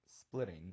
splitting